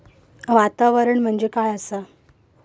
वातावरण म्हणजे काय आसा?